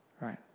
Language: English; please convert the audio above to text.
right